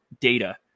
data